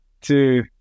two